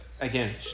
Again